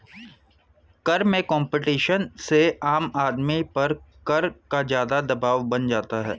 कर में कम्पटीशन से आम आदमी पर कर का ज़्यादा दवाब बन जाता है